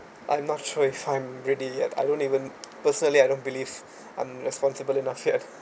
I'm not sure if I'm ready and I don't even personally I don't believe I'm responsible enough yet